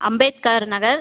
Ambedkar Nagar